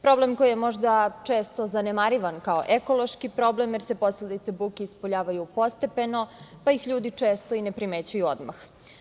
Problem koji je možda često zanemarivan kao ekološki problem jer se posledice buke ispoljavaju postepeno, pa ih ljudi često i ne primećuju odmah.